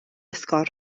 ysgol